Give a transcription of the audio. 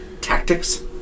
tactics